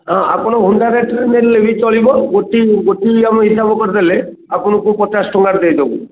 ହଁ ଆପଣ ରେଟ୍ରେ ନେଲେ ବି ଚଳିବ ଗୋଟିଏ ଗୋଟିଏକୁ ଆମେ ହିସାବ କରିଦେଲେ ଆପଣଙ୍କୁ ପଚାଶ ଟଙ୍କାରେ ଦେଇଦେବୁ